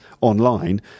online